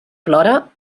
plora